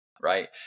Right